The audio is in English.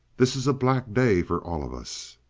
this is a black day for all of us.